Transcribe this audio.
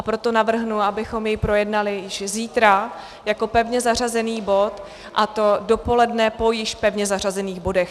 Proto navrhnu, abychom jej projednali již zítra jako pevně zařazený bod, a to dopoledne po již pevně zařazených bodech.